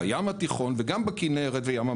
בים התיכון וגם בכנרת ובים המלח,